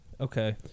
Okay